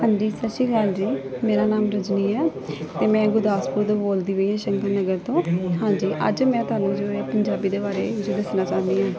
ਹਾਂਜੀ ਸਤਿ ਸ਼੍ਰੀ ਅਕਾਲ ਜੀ ਮੇਰਾ ਨਾਮ ਰਜਨੀ ਹੈ ਅਤੇ ਮੈਂ ਗੁਰਦਾਸਪੁਰ ਤੋਂ ਬੋਲਦੀ ਪਈ ਹਾਂ ਸ਼ੰਕਰ ਨਗਰ ਤੋਂ ਹਾਂਜੀ ਅੱਜ ਮੈਂ ਤੁਹਾਨੂੰ ਜਿਵੇਂ ਪੰਜਾਬੀ ਦੇ ਬਾਰੇ ਵਿੱਚ ਦੱਸਣਾ ਚਾਹੁੰਦੀ ਹਾਂ